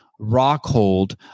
Rockhold